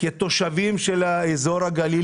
כתושבים של כל אזור הגליל,